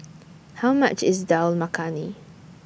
How much IS Dal Makhani